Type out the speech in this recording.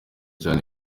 cyane